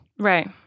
Right